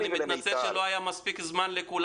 אני מתנצל שלא היה זמן לכולם.